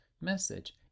message